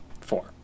Four